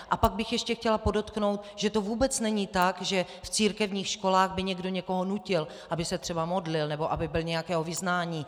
A pak bych ještě chtěla podotknout, že to vůbec není tak, že v církevních školách by někdo někoho nutil, aby se třeba modlil nebo aby byl nějakého vyznání.